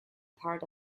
part